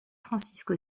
francisco